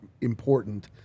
important